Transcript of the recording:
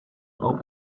are